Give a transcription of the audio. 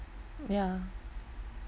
ya